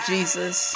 Jesus